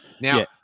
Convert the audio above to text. Now